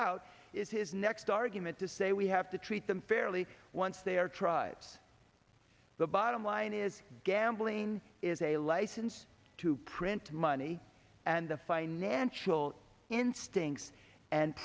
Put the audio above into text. out is his next argument to say we have to treat them fairly once they are tribes the bottom line is gambling is a license to print money and the financial instincts and